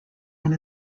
one